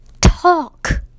talk